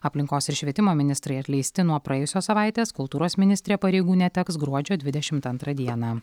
aplinkos ir švietimo ministrai atleisti nuo praėjusios savaitės kultūros ministrė pareigų neteks gruodžio dvidešimt antrą dieną